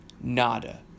Nada